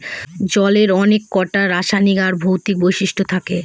জলের অনেককটা রাসায়নিক আর ভৌত বৈশিষ্ট্য থাকে